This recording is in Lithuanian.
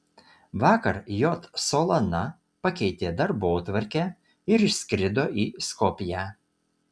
vakar j solana pakeitė darbotvarkę ir išskrido į skopję